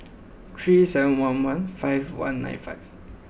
three seven one one five one nine five